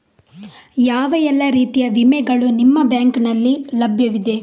ಯಾವ ಎಲ್ಲ ರೀತಿಯ ವಿಮೆಗಳು ನಿಮ್ಮ ಬ್ಯಾಂಕಿನಲ್ಲಿ ಲಭ್ಯವಿದೆ?